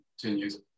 continues